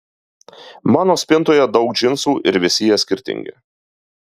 mano spintoje daug džinsų ir visi jie skirtingi